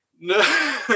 No